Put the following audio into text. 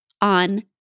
on